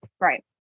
Right